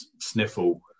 sniffle